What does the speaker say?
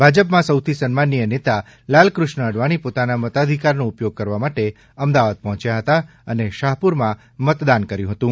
ભાજપમાં સૌથી સન્માનિય નેતા લાલક્રષ્ણ અડવાણી પોતાના મતાધિકારનો ઉપયોગ કરવા માટે અમદાવાદ પહોંચ્યા હતા અને શાહપુરમાં મતદાન કર્યું હતું